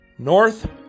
North